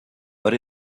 but